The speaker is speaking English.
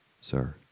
Sir